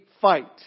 fight